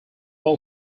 all